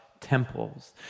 temples